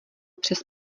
přes